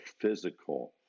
physical